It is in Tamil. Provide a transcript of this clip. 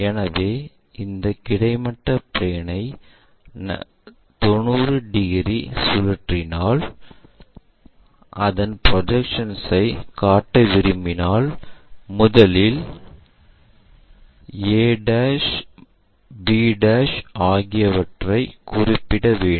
எனவே இந்த கிடைமட்ட பிளேன் ஐ 90 டிகிரி சுழற்றினால் அதன் ப்ரொஜெக்ஷன்ஐ காட்ட விரும்பினால் முதலில் a b ஆகியவற்றை குறிப்பிட வேண்டும்